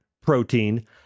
protein